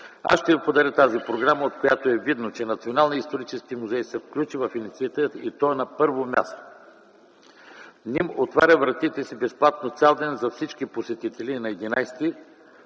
Аз ще Ви подаря тази програма, от която е видно, че Националният исторически музей се включи в инициативата и той е на първо място. Националният исторически музей отваря вратите си безплатно цял ден за всички посетители на 11